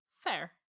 fair